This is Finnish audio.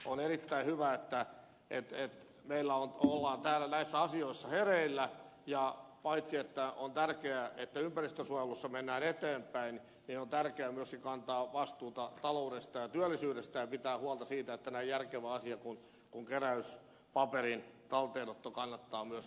on erittäin hyvä että me olemme täällä näissä asioissa hereillä ja paitsi että on tärkeää että ympäristönsuojelussa mennään eteenpäin on tärkeää myöskin kantaa vastuuta taloudesta ja työllisyydestä ja pitää huolta siitä että näin järkevä asia kuin keräyspaperin talteenotto kannattaa myöskin jatkossa